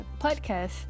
podcast